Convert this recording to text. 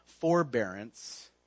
forbearance